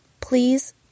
Please